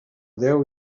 deu